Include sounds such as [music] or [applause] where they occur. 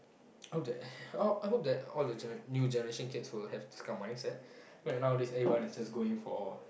hope that [breath] I hope that all the gene~ new generation kids would have this kind of mindset right nowadays everyone is just going for